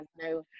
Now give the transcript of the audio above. no